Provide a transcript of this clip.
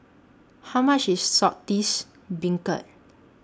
How much IS Saltish Beancurd